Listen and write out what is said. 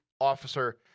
officer